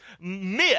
myth